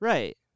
Right